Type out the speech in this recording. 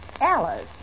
Alice